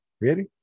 ready